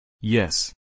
Yes